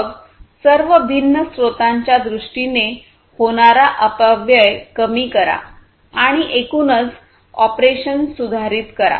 मग सर्व भिन्न स्त्रोतांच्या दृष्टीने होणारा अपव्यय कमी करा आणि एकूणच ऑपरेशन्स सुधारित करा